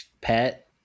pet